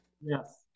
Yes